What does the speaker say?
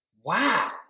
Wow